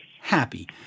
happy